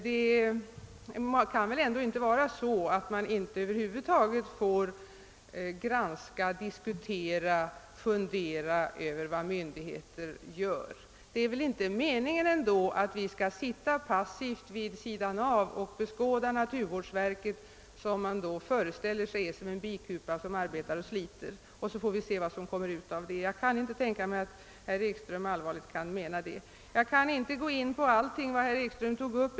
Det kan väl ändå inte vara så att man över huvud taget inte får granska och diskutera och fundera över vad myndigheter gör. Det är väl inte meningen att vi skall sitta vid sidan och passivt beskåda naturvårdsverket, som man föreställer sig är som en bikupa där bina arbetar och sliter. Jag kan inte tänka mig att herr Ekström allvarligt menar att vi skall göra det och se vad som kommer ut av det. Jag kan inte gå in på allt som herr Ekström tog upp.